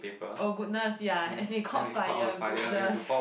oh goodness ya and it caught fire goodness